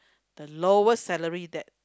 the lowest salary that